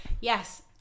yes